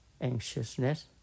anxiousness